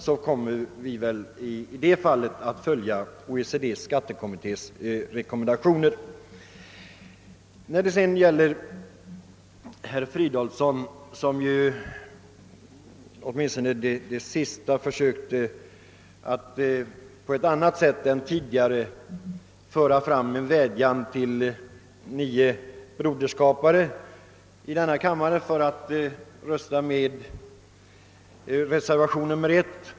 Vi kommer väl då att följa rekommendationerna från OECD:s skattekommitté. Herr Fridolfsson i Stockholm försökte i sitt senaste inlägg på ett annat sätt än tidigare föra fram en vädjan till de nio broderskaparna i denna kammare att rösta för reservationen 1.